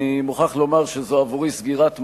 אני מוכרח לומר שבעבורי זו סגירת מעגל,